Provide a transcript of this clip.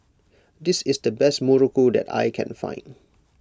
this is the best Muruku that I can find